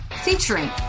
featuring